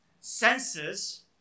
senses